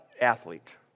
athlete